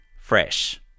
Fresh